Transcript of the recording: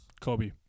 Kobe